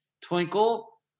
Twinkle